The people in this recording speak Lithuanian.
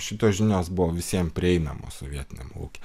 šitos žinios buvo visiem prieinamos sovietiniam lauke